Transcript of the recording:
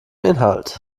inhalt